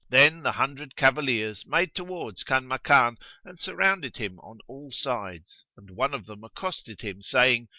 then the hundred cavaliers made towards kanmakan and surrounded him on all sides, and one of them accosted him, saying,